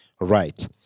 Right